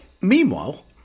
meanwhile